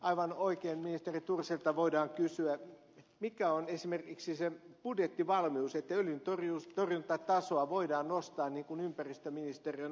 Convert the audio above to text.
aivan oikein ministeri thorsilta voidaan kysyä mikä on esimerkiksi se budjettivalmius että öljyntorjuntatasoa voidaan nostaa niin kuin ympäristöministeriön alushankintaehdotukset edellyttävät